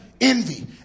envy